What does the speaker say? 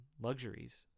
luxuries